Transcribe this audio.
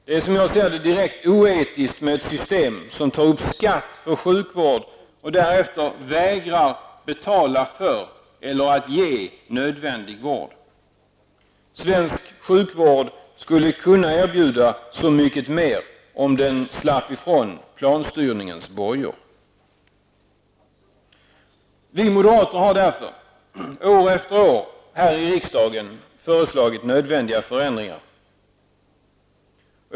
Det är, som jag ser det, direkt oetiskt med ett system, som tar upp skatt för sjukvård och därefter vägrar att betala för, eller att ge, nödvändig vård. Svensk sjukvård skulle kunna erbjuda så mycket mer, om den slapp ifrån planstyrningens bojor. Vi moderater har därför, år efter år här i riksdagen, föreslagit nödvändiga förändringar.